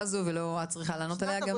הזו וליאורה את צריכה לענות על זה באמת.